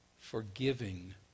forgiving